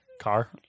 Car